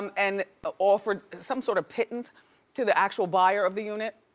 um and ah offered some sort of pittance to the actual buyer of the unit.